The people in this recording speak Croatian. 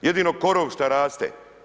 Jedino korov što raste.